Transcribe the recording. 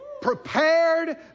prepared